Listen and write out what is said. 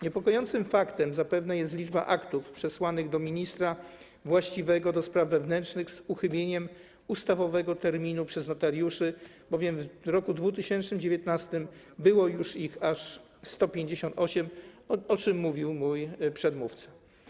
Niepokojąca jest zapewne liczba aktów przesłanych do ministra właściwego do spraw wewnętrznych z uchybieniem ustawowego terminu przez notariuszy, bowiem w roku 2019 było ich aż 158, o czym mówił mój przedmówca.